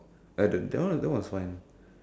I didn't that one that one was fine